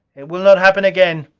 it will not happen again.